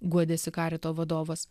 guodėsi karito vadovas